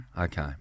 Okay